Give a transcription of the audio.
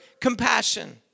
compassion